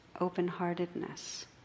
open-heartedness